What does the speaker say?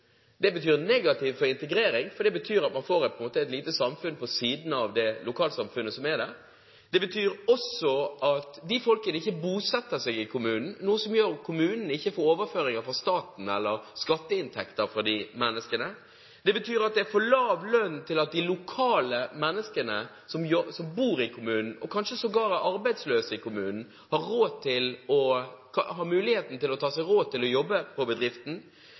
negativt for integreringen, for man får på en måte et lite samfunn på siden at det lokalsamfunnet som er der. Det betyr også at de menneskene ikke bosetter seg i kommunen, noe som gjør at kommunen ikke får overføringer fra staten eller skatteinntekter fra de menneskene. Det betyr at det er for lav lønn til at de lokale menneskene, de som bor i kommunen og kanskje sågar er arbeidsløse i kommunen, har muligheten til å ta seg råd til å jobbe i bedriften. Det fører til at man bidrar til å